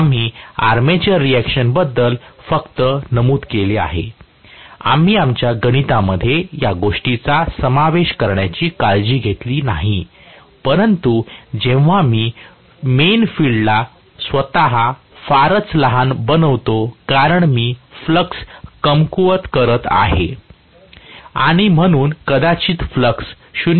आम्ही आर्मेचर रिऍक्शनबद्दल फक्त नमूद केले आहे आम्ही आमच्या गणितामध्ये या गोष्टींचा समावेश करण्याची काळजी घेतली नाही परंतु जेव्हा मी मेन फील्डला स्वतः फारच लहान बनवितो कारण मी फ्लक्स कमकुवत करत आहे आणि म्हणून कदाचित फ्लक्स 0